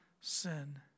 sin